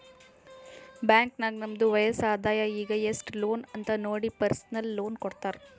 bank ನಾಗ್ ನಮ್ದು ವಯಸ್ಸ್, ಆದಾಯ ಈಗ ಎಸ್ಟ್ ಲೋನ್ ಅಂತ್ ನೋಡಿ ಪರ್ಸನಲ್ ಲೋನ್ ಕೊಡ್ತಾರ್